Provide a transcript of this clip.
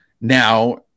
now